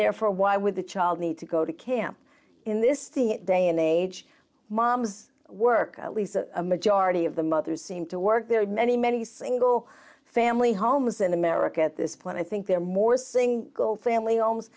therefore why would a child need to go to camp in this day and age moms work at least a majority of the mothers seem to work there are many many single family homes in america at this point i think they're more singing go family homes